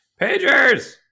Pagers